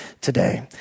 today